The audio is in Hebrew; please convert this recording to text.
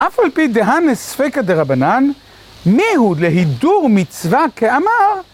אף על פי דהנה ספקה דה רבנן, ניהוד להידור מצווה, כאמר